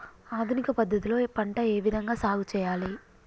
ఆధునిక పద్ధతి లో పంట ఏ విధంగా సాగు చేయాలి?